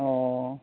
ꯑꯣ